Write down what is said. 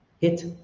Hit